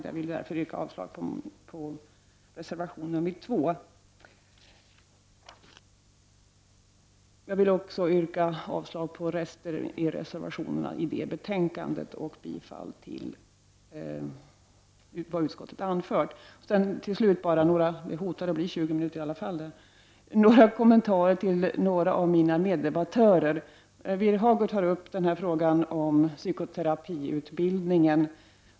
Jag vill därför yrka avslag på reservation nr 2. Jag vill också yrka avslag på resterande reservationer till betänkande 23 och bifall till utskottets hemställan. Till slut några kommentarer till mina meddebattörer. Birger Hagård tar upp frågan om psykoterapiutbildningen.